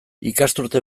ikasturte